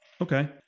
Okay